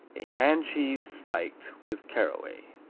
a hand cheese spiked with caraway.